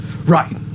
Right